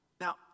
Now